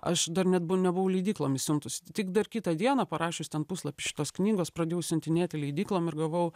o aš dar net bu nebuvau leidyklom išsiuntusi tik dar kitą dieną parašius ten puslapį šitos knygos pradėjau siuntinėti leidyklom ir gavau